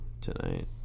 tonight